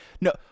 no